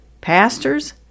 pastors